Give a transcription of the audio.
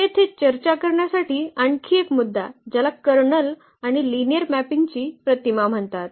तर येथे चर्चा करण्यासाठी आणखी एक मुद्दा ज्याला कर्नल आणि लिनिअर मॅपिंगची प्रतिमा म्हणतात